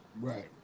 Right